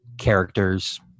characters